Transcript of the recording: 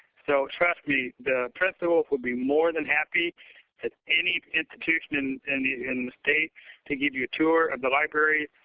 so, trust me. the principal would be more than happy at any institution and and in the state to give you a tour of the library,